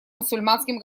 мусульманским